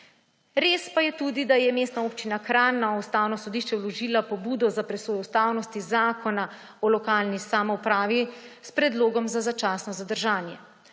Res pa je tudi, da je Mestna občina Kranj na Ustavno sodišče vložila pobudo za presojo ustavnosti Zakona o lokalni samoupravi s predlogom za začasno zadržanje.